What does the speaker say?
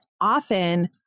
often